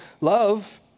love